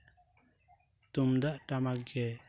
ᱛᱩᱢᱫᱟᱜ ᱴᱟᱢᱟᱠ ᱜᱮ